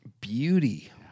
Beauty